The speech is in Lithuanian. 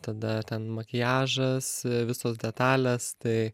tada ten makiažas visos detalės tai